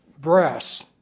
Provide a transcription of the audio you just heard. brass